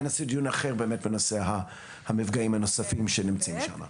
אולי נעשה דיון אחר בנושא המפגעים הנוספים שנמצאים שם.